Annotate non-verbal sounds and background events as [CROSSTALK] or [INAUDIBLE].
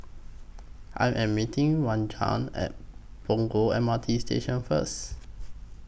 I Am meeting [UNINTELLIGIBLE] At Punggol M R T Station First